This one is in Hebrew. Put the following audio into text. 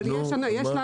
אבל יש לנו,